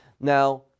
now